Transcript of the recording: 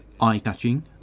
Eye-catching